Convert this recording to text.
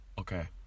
Okay